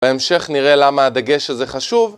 בהמשך נראה למה הדגש הזה חשוב